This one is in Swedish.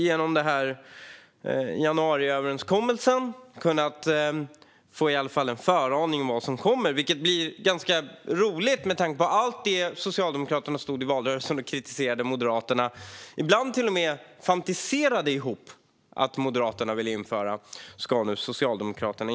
Genom januariöverenskommelsen har vi kunnat få i alla fall en föraning om vad som kommer, vilket är ganska roligt med tanke på att allt det som Socialdemokraterna i valrörelsen kritiserade Moderaterna för - och ibland till och med fantiserade ihop att Moderaterna ville införa - nu ska införas av Socialdemokraterna.